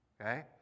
okay